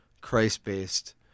Christ-based